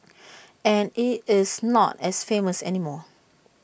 and IT is not as famous anymore